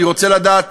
אני רוצה לדעת